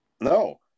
No